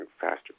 faster